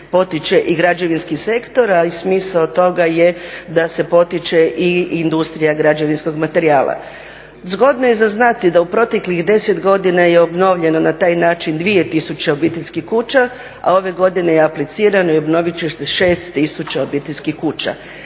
potiče i građevinski sektor, a i smisao toga je da se potiče i industrija građevinskog materijala. Zgodno je za znati da u proteklih 10 godina je obnovljeno na taj način 2 tisuće obiteljskih kuća, a ove godine je aplicirano i obnovit će se 6 tisuća obiteljskih kuća.